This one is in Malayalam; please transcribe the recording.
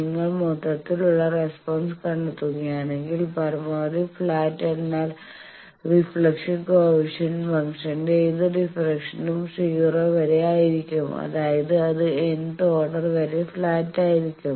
നിങ്ങൾ മൊത്തത്തിലുള്ള റെസ്പോൺസ് കണ്ടെത്തുകയാണെങ്കിൽ പരമാവധി ഫ്ലാറ്റ് എന്നാൽ റിഫ്ലക്ഷൻ കോയെഫിഷ്യന്റ് ഫംഗ്ഷന്റെ ഏത് ഡിഫറെൻസിയേഷനും 0 വരെ ആയിരിക്കും അതായത് അത് nth ഓർഡർ വരെ ഫ്ലാറ്റ് ആയിരിക്കും